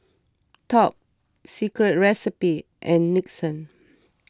Top Secret Recipe and Nixon